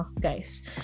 guys